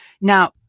Now